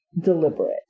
deliberate